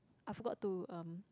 I forgot to um